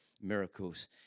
miracles